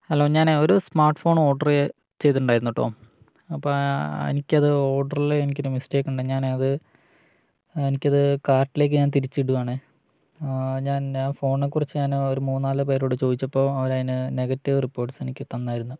hello ഞാനൊരു smart phone order ചെയ്തിട്ടുണ്ടായിരുന്നു കേട്ടോ അപ്പോള് എനിക്കത് ഓർഡറില് എനിക്കൊരു മിസ്റ്റേക്കുണ്ട് ഞാനത് എനിക്കത് കാർട്ടിലേക്ക് ഞാൻ തിരിച്ചിടുകയാണ് ഞാന് ആ ഫോണിനെക്കുറിച്ച് ഞാന് ഒരു മൂന്ന് നാല് പേരോട് ചോദിച്ചപ്പോള് അവരതിന് നെഗറ്റീവ് റിപ്പോർട്ട്സ് എനിക്ക് തന്നായിരുന്നു